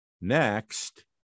Next